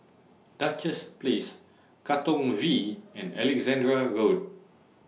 Duchess Place Katong V and Alexandra Road